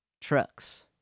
Trucks